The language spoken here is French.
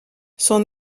son